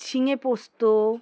ঝিঙে পোস্ত